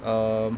um